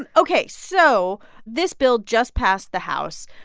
and ok. so this bill just passed the house.